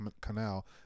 Canal